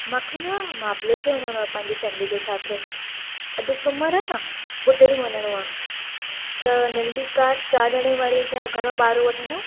मूंखे न महाब्लेश्वर वञिणो हुओ पंहिंजी फेमली जे साथ अॼु सूमरु आहे न ॿुधरु ॾींहुं वञिणो आहे त नंढी कार चारि ॼणे वारी जा घणो भाड़ो वठंदव